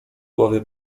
ławy